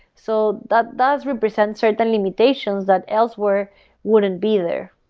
so that that represents certain limitations that elsewhere wouldn't be there.